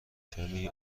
کمی